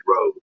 road